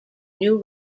new